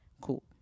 Cool